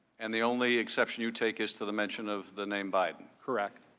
and the only exception you take is to the mention of the name biden? correct.